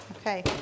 Okay